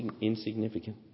insignificant